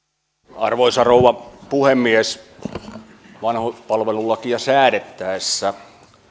arvoisa rouva puhemies vanhuspalvelulakia säädettäessä